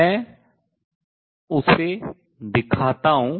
मैं उसे दिखाता हूँ